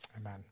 Amen